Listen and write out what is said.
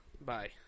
bye